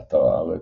באתר הארץ,